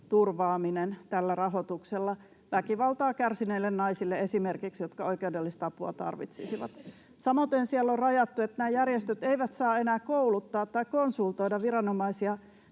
turvaaminen tällä rahoituksella, esimerkiksi väkivaltaa kärsineille naisille, jotka oikeudellista apua tarvitsisivat? Samaten siellä on rajattu, että nämä järjestöt eivät saa enää kouluttaa tai konsultoida viranomaisia